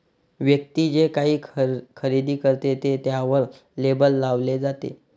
व्यक्ती जे काही खरेदी करते ते त्यावर लेबल लावले जाते